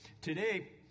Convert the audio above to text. Today